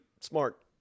smart